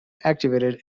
activated